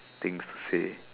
things to say